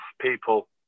people